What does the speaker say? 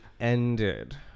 ended